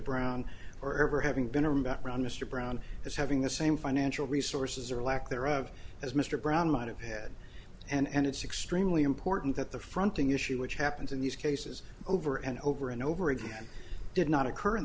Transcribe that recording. brown or ever having been around back around mr brown as having the same financial resources or lack thereof as mr brown might have had and it's extremely important that the fronting issue which happens in these cases over and over and over again did not occur in